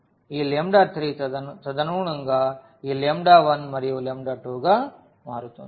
ఈ 3 తదనుగుణంగా ఈ 1 మరియు 2గా మారుతుంది